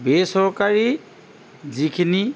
বেচৰকাৰী যিখিনি